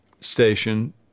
station